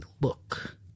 look